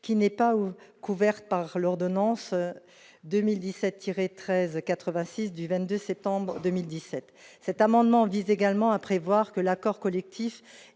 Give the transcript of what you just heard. qui n'est pas prévue par l'ordonnance n° 2017-1386 du 22 septembre 2017. Cet amendement vise également à prévoir que l'accord collectif